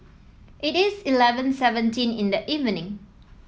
it is eleven seventeen in the evening